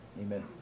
Amen